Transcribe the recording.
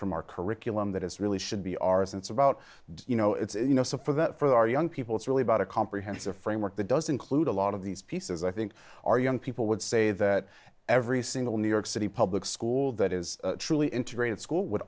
from our curriculum that is really should be ours it's about you know it's you know so for that for our young people it's really about a comprehensive framework that does include a lot of these pieces i think our young people would say that every single new york city public school that is truly integrated school would